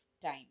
time